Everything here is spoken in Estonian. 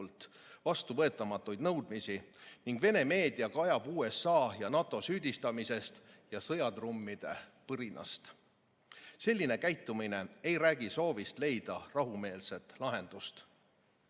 vastuvõetamatuid nõudmisi ning Venemaa meedia kajab USA ja NATO süüdistamisest ja sõjatrummide põrinast. Selline käitumine ei räägi soovist leida rahumeelset lahendust.